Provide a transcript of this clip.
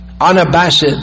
unabashed